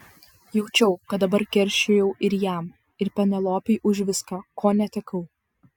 jaučiau kad dabar keršijau ir jam ir penelopei už viską ko netekau